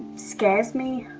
scares me.